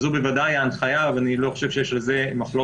זו בוודאי ההנחיה, ואני לא חושב שיש על זה מחלוקת.